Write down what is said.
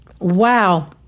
wow